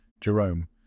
Jerome